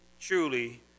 truly